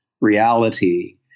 reality